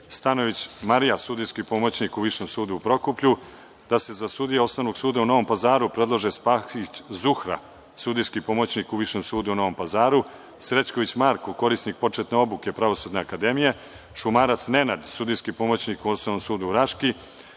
Stanojević Marija, sudijski pomoćnik u Višem sudu u Prokuplju; da se za sudije Osnovnog suda u Novom Pazaru predlože Spahić Zuhra, sudijski pomoćnik u Višem sudu u Novom Pazaru, Srećković Marko, korisnik početne obuke Pravosudne akademije, Šumarac Nenad, sudijski pomoćnik u Osnovnom sudu u Raški;